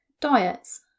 diets